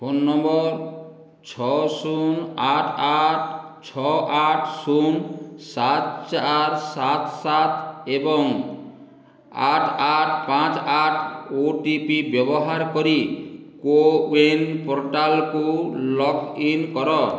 phone number ଛଅ ଶୂନ ଆଠ ଆଠ ଛଅ ଆଠ ଶୂନ ସାତ ଚାର ସାତ ସାତ ଏବଂ ଆଠ ଆଠ ପାଞ୍ଚ ଆଠ ଓ ଟି ପି ବ୍ୟବହାର କରି କୋ ୱିନ୍ ପୋର୍ଟାଲକୁ ଲଗ୍ ଇନ କର